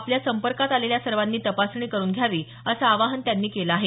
आपल्या संपर्कात आलेल्या सर्वांनी तपासणी करुन घ्यावी असं आवाहन त्यांनी केलं आहे